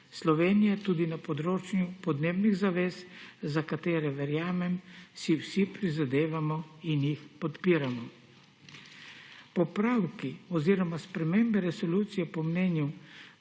Slovenije tudi na področju podnebnih zavez, za katere verjamem, si vsi prizadevamo in jih podpiramo. Popravki oziroma spremembe resolucije po mnenju